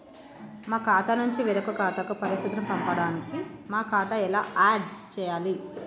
మా ఖాతా నుంచి వేరొక ఖాతాకు పరిస్థితులను పంపడానికి మా ఖాతా ఎలా ఆడ్ చేయాలి?